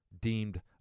deemed